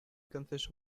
consists